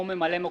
או ממלא-מקומו,